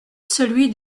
celui